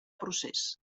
procés